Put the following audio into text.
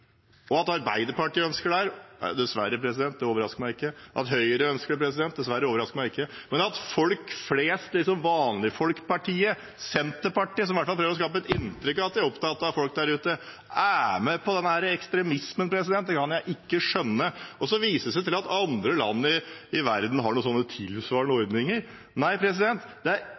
At Arbeiderpartiet ønsker det, overrasker meg dessverre ikke. At Høyre ønsker, overrasker meg dessverre ikke, men at folk flest, vanlige-folk-partiet, Senterpartiet, som i hvert fall prøve å skape et inntrykk av at de er opptatt av folk der ute, er med på denne ekstremismen, kan jeg ikke skjønne. Så vises det til at andre land i verden har noen tilsvarende ordninger. Nei, det er ingen andre land i verden som har veiprising for personbiler. Det er